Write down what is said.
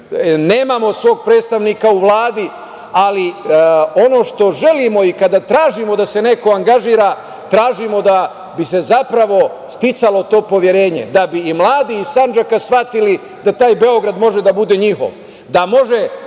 nemamo svog predstavnika u Vladi, ali ono što želimo i kada tražimo da se neko angažuje tražimo da bi se, zapravo sticalo to poverenje, da bi i mladi iz Sandžaka shvatili da taj Beograd može da bude njihov, da mogu